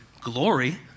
glory